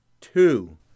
two